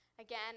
Again